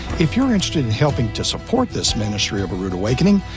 if you're interested in helping to support this ministry of a rood awakening,